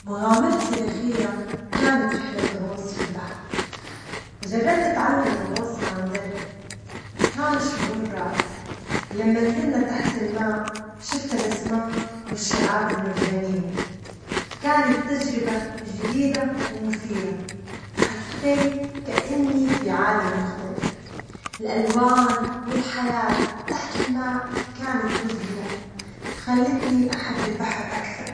مغامرتي الأخيرة كانت رحلة غوص في البحر، جربت أتعلم الغوص مع مدرب، وكان شعور رائع، لما نزلنا تحت الماء شفت الأسماك والشعاب المرجانية، كانت تجربة جديدة ومثيرة حسيت كأني في عالم مختلف، الألوان والحياة تحت الماء كانت مذهلة، وخلتني أحب البحر أكثر.